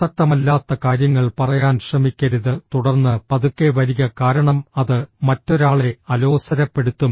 പ്രസക്തമല്ലാത്ത കാര്യങ്ങൾ പറയാൻ ശ്രമിക്കരുത് തുടർന്ന് പതുക്കെ വരിക കാരണം അത് മറ്റൊരാളെ അലോസരപ്പെടുത്തും